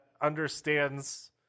understands